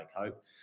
Hope